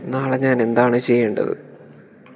നാളെ ഞാൻ എന്താണ് ചെയ്യേണ്ടത്